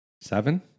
Seven